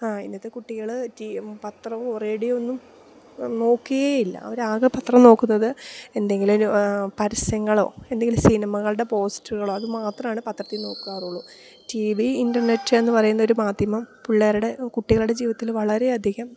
ഇന്നത്തെ കുട്ടികള് പത്രവും റേഡിയോ ഒന്നും നോക്കുകയേ ഇല്ല അവരാകെ പത്രം നോക്കുന്നത് എന്തെങ്കിലും പരസ്യങ്ങളോ എന്തെങ്കിലും സിനിമകളുടെ പോസ്റ്റുകളോ അതു മാത്രമാണു പത്രത്തില് നോക്കാറുള്ളു ടി വി ഇൻ്റർനെറ്റ് എന്നു പറയുന്ന ഒരു മാധ്യമം പിള്ളേരുടെ കുട്ടികളുടെ ജീവിതത്തില് വളരെയധികം